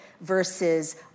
versus